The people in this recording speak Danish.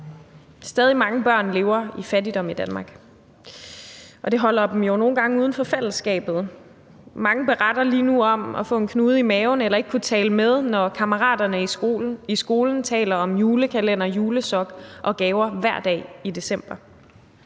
Stadig mange børn lever i fattigdom i Danmark, og det holder dem jo nogle gange uden for fællesskabet. Mange beretter lige nu om at få en knude i maven eller ikke at kunne tale med, når kammeraterne i skolen taler om julekalender, julesok og gaver hver dag i december,